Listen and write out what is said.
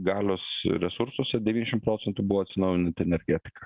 galios resursuose devyniasdešim procentų buvo atsinaujinanti energetika